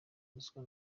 ruswa